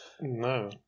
No